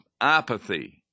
apathy